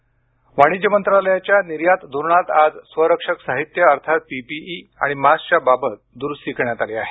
निर्यात वाणिज्य मंत्रालयाच्या निर्यात धोरणात आज स्वरक्षक साहित्य अर्थात पीपीई आणि मास्कच्या बाबत दुरुस्ती करण्यात आली आहे